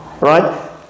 right